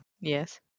Yes